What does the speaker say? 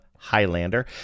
Highlander